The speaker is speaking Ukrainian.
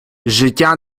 життя